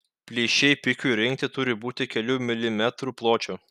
plyšiai pikiui rinkti turi būti kelių milimetrų pločio